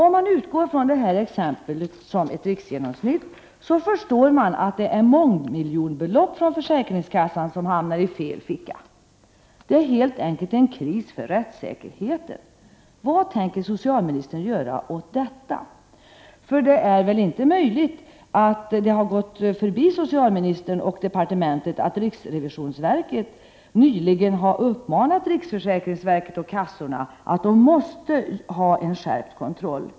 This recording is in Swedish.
Om man utgår från detta exempel som ett riksgenomsnitt, förstår man att det är mångmiljonbelopp från försäkringskassan som hamnar i fel ficka. Det är helt enkelt en kris för rättssäkerheten. Vad tänker socialministern göra åt detta? Det är väl inte möjligt att det har gått socialministern och departementet förbi att riksrevisionsverket nyligen uppmanade riksförsäkringsverket och kassorna att skärpa kontrollen.